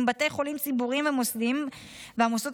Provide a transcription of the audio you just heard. עם בתי חולים ציבוריים ומוסדיים והמוסדות